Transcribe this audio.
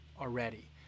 already